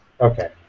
Okay